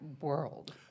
world